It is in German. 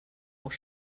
auch